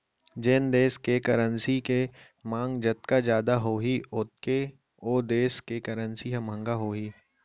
जेन देस के करेंसी के मांग जतका जादा होही ओतके ओ देस के करेंसी ह महंगा होही